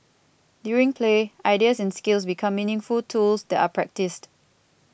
during play ideas and skills become meaningful tools that are practised